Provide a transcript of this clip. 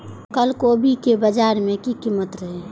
कल गोभी के बाजार में की कीमत रहे?